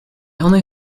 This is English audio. only